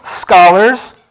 scholars